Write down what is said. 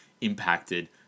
impacted